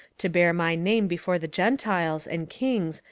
to bear my name before the gentiles, and kings,